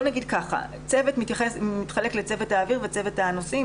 הצוות מתחלק לצוות אוויר וצוות הנוסעים.